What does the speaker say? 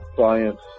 science